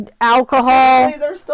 alcohol